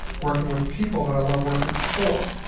working with people that i love working for,